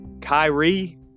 Kyrie